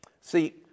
See